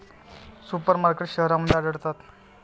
super markets शहरांमध्ये आढळतात